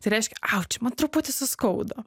tai reiškia auč man truputį suskaudo